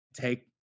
take